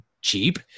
cheap